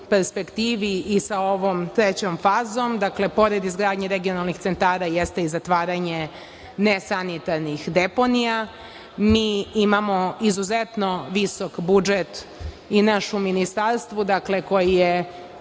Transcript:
perspektivi i sa ovom trećom fazom, pored izgradnje regionalnih centara, jeste i zatvaranje nesanitarnih deponija. Mi imamo izuzetno visok budžet i naš u ministarstvu, koji je